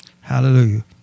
Hallelujah